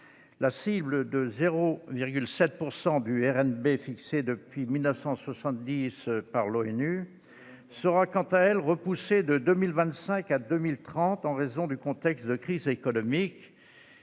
La cible de 0,7 % du RNB, fixée depuis 1970 par l'ONU, sera quant à elle repoussée de 2025 à 2030 en raison de la crise économique